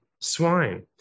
swine